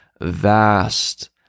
vast